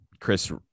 chris